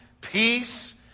peace